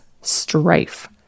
strife